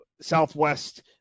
Southwest